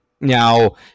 now